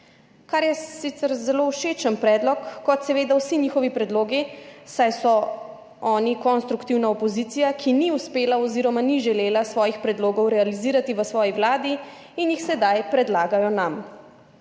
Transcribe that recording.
Kar je sicer zelo všečen predlog, kot seveda vsi njihovi predlogi, saj so oni konstruktivna opozicija, ki ni uspela oziroma ni želela svojih predlogov realizirati v svoji vladi in jih sedaj predlagajo nam.